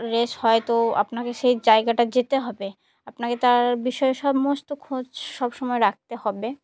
race হয় তো আপনাকে সেই জায়গাটায় যেতে হবে আপনাকে তার বিষয়ে সমস্ত খোঁজ সবসময় রাখতে হবে